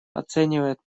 оценивает